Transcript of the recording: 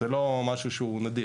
זה לא משהו שהוא נדיר.